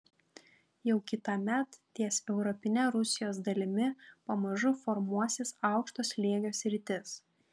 jau kitąmet ties europine rusijos dalimi pamažu formuosis aukšto slėgio sritis